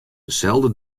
deselde